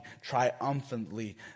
triumphantly